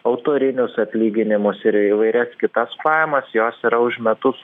autorinius atlyginimus ir įvairias kitas pajamas jos yra už metus